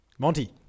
Monty